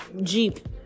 Jeep